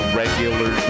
regular